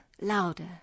louder